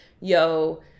yo